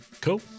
Cool